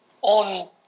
on